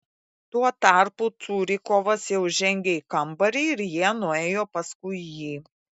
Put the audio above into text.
tuo tarpu curikovas jau žengė į kambarį ir jie nuėjo paskui jį